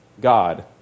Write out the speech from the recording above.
God